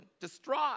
distraught